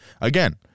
Again